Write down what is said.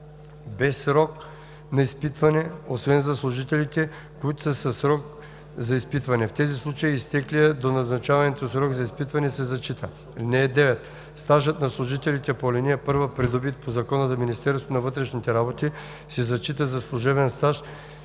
без срок за изпитване, освен за служителите, които са със срок за изпитване. В тези случаи изтеклият до назначаването срок за изпитване се зачита. (9) Стажът на служителите по ал. 1, придобит по Закона за Министерството на вътрешните работи, се зачита за служебен стаж